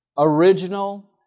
original